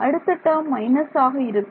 அடுத்த term minus ஆக இருக்கும்